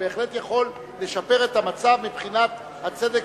שבהחלט יכול לשפר את המצב מבחינת הצדק